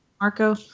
Marco